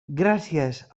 gràcies